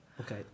Okay